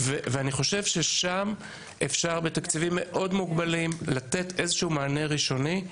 אני חושב ששם אפשר בתקציבים מאוד מוגבלים לתת איזשהו מענה ראשוני.